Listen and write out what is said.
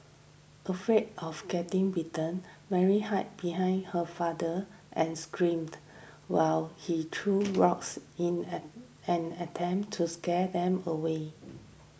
afraid of getting bitten Mary hid behind her father and screamed while he threw rocks in an an attempt to scare them away